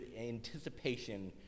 anticipation